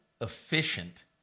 efficient